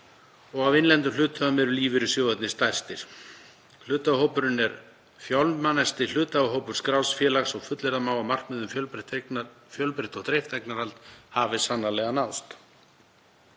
og af innlendu hluthöfum eru lífeyrissjóðirnir stærstir. Hluthafahópurinn er fjölmennasti hluthafahópur skráðs félags og fullyrða má að markmiðið um fjölbreytt og dreift eignarhald hafi sannarlega náðst.